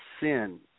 sin